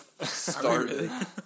started